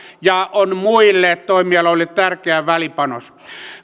ja on muille toimialoille tärkeä välipanos